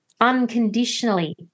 unconditionally